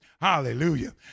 Hallelujah